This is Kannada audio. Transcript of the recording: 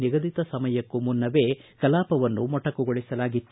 ನಿಗದಿತ ಸಮಯಕ್ಕೂ ಮುನ್ನವೇ ಕಲಾಪವನ್ನು ಮೊಟಕುಗೊಳಿಸಲಾಗಿತ್ತು